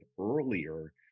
earlier